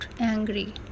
angry